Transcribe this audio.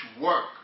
work